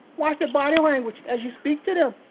watch their body language as you speak to them,